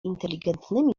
inteligentnymi